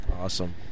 Awesome